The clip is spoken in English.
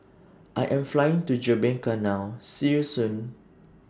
I Am Flying to Jamaica now See YOU Soon